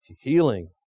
Healing